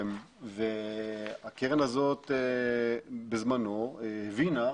הקרן הזאת בזמנו הבינה,